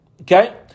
Okay